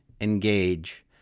engage